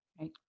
Right